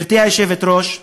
גברתי היושבת-ראש,